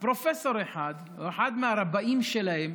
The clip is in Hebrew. פרופסור אחד, אחד מה"רבאים" שלהם,